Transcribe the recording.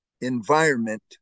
environment